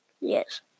Yes